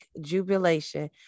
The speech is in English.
Jubilation